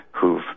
who've